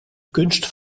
kunst